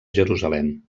jerusalem